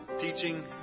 teaching